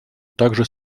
также